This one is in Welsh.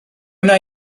wna